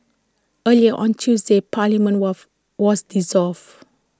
earlier on Tuesday parliament was was dissolved